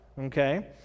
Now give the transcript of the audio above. okay